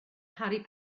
harry